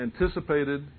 anticipated